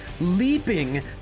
leaping